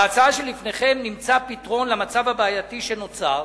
בהצעה שלפניכם נמצא פתרון למצב הבעייתי שנוצר,